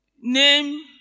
name